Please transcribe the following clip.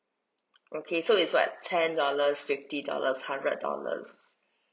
okay so is like ten dollars fifty dollars hundred dollars